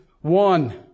One